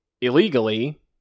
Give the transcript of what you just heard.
Illegally